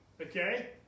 Okay